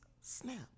Snap